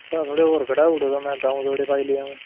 एह्दे शा थोह्ढ़े होर घटाई ओड़ो ता में द'ऊं तोड़े पाई लैङ